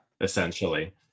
Essentially